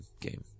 game